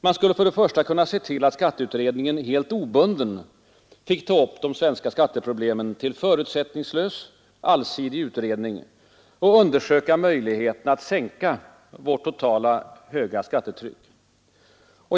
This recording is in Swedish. Man skulle för det första kunna se till att skatteutredningen helt obunden fick ta upp de svenska skatteproblemen till förutsättningslös allsidig utredning och undersöka möjligheterna att sänka vårt totala höga skattetryck.